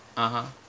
(uh huh)